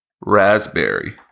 raspberry